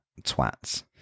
twats